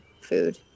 food